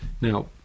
Now